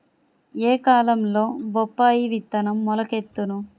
ఏ కాలంలో బొప్పాయి విత్తనం మొలకెత్తును?